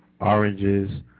Oranges